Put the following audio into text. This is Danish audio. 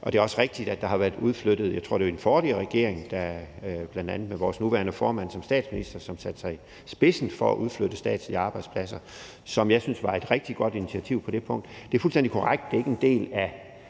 Og det er også rigtigt, at der har været udflyttet arbejdspladser. Jeg tror, det var den forrige regering, der med vores nuværende formand som statsminister satte sig i spidsen for at udflytte statslige arbejdspladser, hvilket jeg syntes var et rigtig godt initiativ. Det er fuldstændig korrekt, at det ikke er en del af